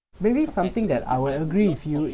maybe something that I would agree with you